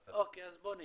אוקיי, אז בואו נתקדם.